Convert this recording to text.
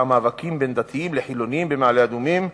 מאבקים בין דתיים לחילונים במעלה-אדומים,